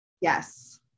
Yes